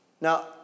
Now